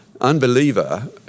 unbeliever